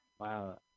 Wow